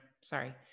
Sorry